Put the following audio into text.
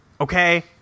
Okay